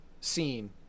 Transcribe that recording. scene